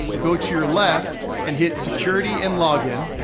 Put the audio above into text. go to your left and hit security and login,